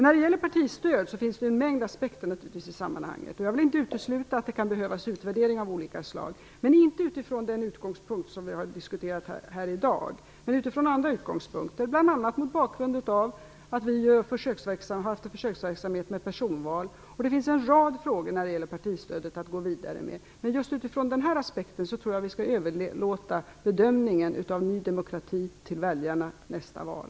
När det gäller partistöd finns det naturligtvis en mängd aspekter. Jag vill inte utesluta att det kan behövas utvärderingar av olika slag - inte från den utgångspunkt som vi har diskuterat här i dag men från andra utgångspunkter, bl.a. mot bakgrund av att vi haft en försöksverksamhet med personval. När det gäller partistödet finns det en rad frågor att gå vidare med. Men just från den här aspekten tror jag att vi skall överlåta bedömningen av Ny demokrati på väljarna nästa val.